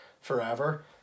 forever